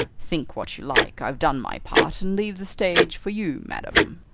think what you like, i've done my part, and leave the stage for you, madam.